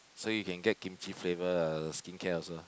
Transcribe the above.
so you can get Kimchi flavour skincare also